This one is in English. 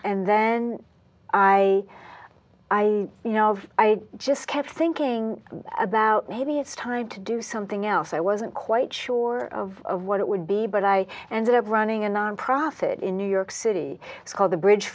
and then i i you know i just kept thinking about maybe it's time to do something else i wasn't quite sure of what it would be but i ended up running a nonprofit in new york city called the bridge